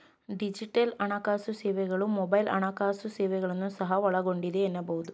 digital ಹಣಕಾಸು ಸೇವೆಗಳು mobile ಹಣಕಾಸು ಸೇವೆಗಳನ್ನ ಸಹ ಒಳಗೊಂಡಿದೆ ಎನ್ನಬಹುದು